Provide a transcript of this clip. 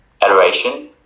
adoration